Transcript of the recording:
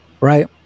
right